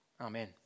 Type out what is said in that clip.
Amen